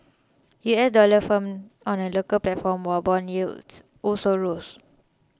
U S dollar firmed on the local platform while bond yields also rose